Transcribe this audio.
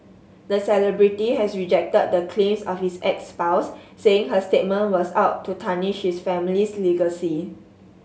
the celebrity has rejected the claims of his ex spouse saying her statement was out to tarnish his family's legacy